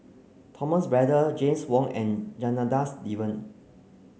Thomas Braddell James Wong and Janadas Devan